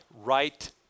right